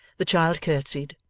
the child curtseyed,